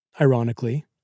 ironically